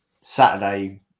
Saturday